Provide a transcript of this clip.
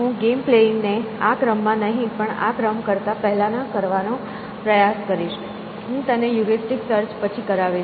હું game playing ને આ ક્રમમાં નહીં પણ આ ક્રમ કરતા પહેલા કરાવવાનો પ્રયાસ કરીશ હું તેને હ્યુરીસ્ટીક સર્ચ પછી કરાવીશ